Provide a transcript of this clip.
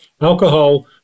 Alcohol